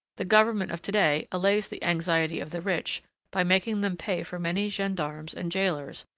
the government of to-day allays the anxiety of the rich by making them pay for many gendarmes and jailers,